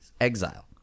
Exile